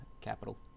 capital